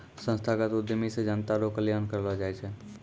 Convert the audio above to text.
संस्थागत उद्यमी से जनता रो कल्याण करलौ जाय छै